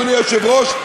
אדוני היושב-ראש,